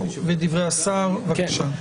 הערת היועמ"ש, בבקשה.